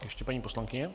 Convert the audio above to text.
Ještě paní poslankyně.